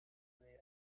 they